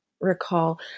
recall